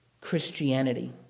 Christianity